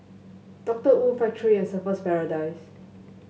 Doctor Wu Factorie and Surfer's Paradise